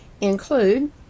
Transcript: include